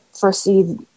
foresee